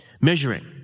Measuring